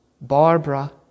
Barbara